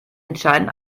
entscheiden